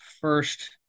first